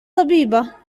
طبيبة